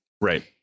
Right